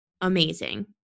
Amazing